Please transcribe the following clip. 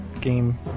game